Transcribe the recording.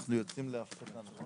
אנחנו יוצאים להפסקה.